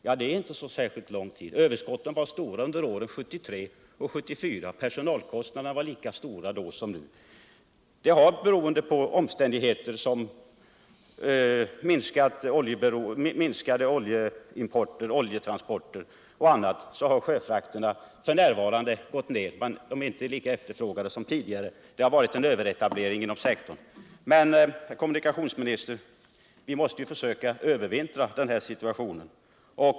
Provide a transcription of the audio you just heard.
Nej, det är inte särskilt lång tid. Överskotten var stora under åren 1973 och 1974. Personalkostnaderna var lika stora då som nu. Beroende på omständigheter som minskade oljetransporter och annat har sjöfrakterna I. n. gått ner och är inte lika efterfrågade som tidigare. Det har också varit en överetablering inom sektorn. Men, herr kommunikationsminister, vi måste försöka att övervintra trots den här situationen.